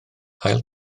ail